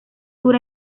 sur